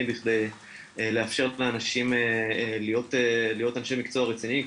בכדי לאפשר לאנשים להיות אנשי מקצוע רציניים,